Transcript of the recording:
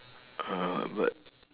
uh but